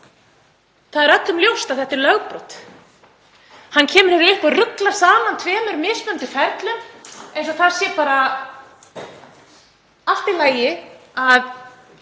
Það er öllum ljóst að þetta er lögbrot. Hann kemur hingað upp og ruglar saman tveimur mismunandi ferlum eins og það sé bara allt í lagi að